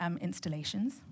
installations